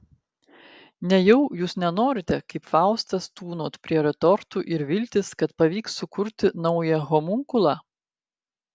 nejau jūs nenorite kaip faustas tūnot prie retortų ir viltis kad pavyks sukurti naują homunkulą